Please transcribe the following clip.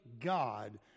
God